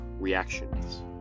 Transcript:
reactions